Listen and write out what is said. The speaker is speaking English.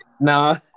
Nah